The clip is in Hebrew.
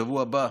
בשבוע הבא,